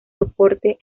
soporte